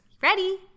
Ready